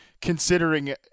considering